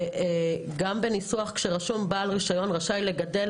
גם כאשר רשום ש"בעל רישיון רשאי לגדל,